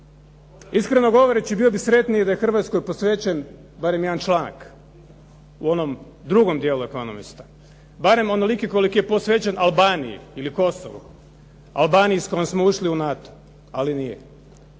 Iskreno govoreći, bio bih sretniji da je Hrvatskoj posvećen barem jedan članak u onom drugom dijelu "Economist", barem onoliki koliki je posvećen Albaniji ili Kosovu, Albaniji s kojom smo ušli u NATO ali nije.